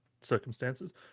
circumstances